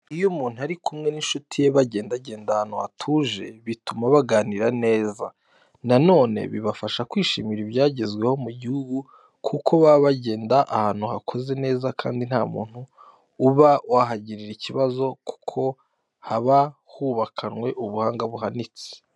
Iyo umuntu ari kumwe n'incuti ye bagendagenda ahantu hatuje, bituma baganira neza. Na none bibafasha kwishimira ibyagezweho mu gihugu kuko baba bagenda ahantu hakoze neza kandi nta muntu uba wahagirira ikibazo kuko haba hubakanwe ubuhanga buhanitse.